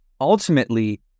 ultimately